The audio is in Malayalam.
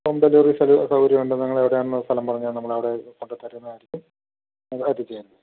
ഹോം ഡെലിവെറി സ്ഥലം സൗകര്യമുണ്ട് നിങ്ങൾ എവിടെയാണെന്ന് സ്ഥലം പറഞ്ഞാൽ നമ്മൾ അവിടെ കൊണ്ട് തരുന്നതായിരിക്കും ഞങ്ങൾ എത്തിച്ച് തരും